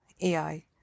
AI